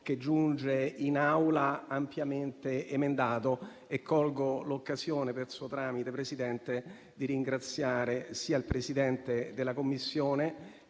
che giunge in Aula ampiamente emendato. E colgo l'occasione per suo tramite, signor Presidente, per ringraziare sia il Presidente della Commissione,